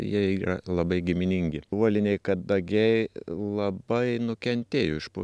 jie yra labai giminingi uoliniai kadagiai labai nukentėjo iš po